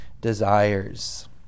desires